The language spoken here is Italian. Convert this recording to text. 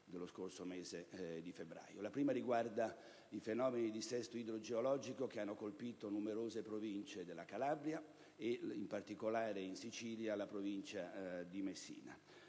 nello scorso mese di febbraio. La prima riguarda i fenomeni di dissesto idrogeologico che hanno colpito numerose Province della Calabria e in particolare in Sicilia la Provincia di Messina.